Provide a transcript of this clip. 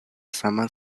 saman